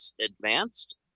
Advanced